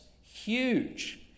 Huge